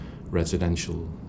residential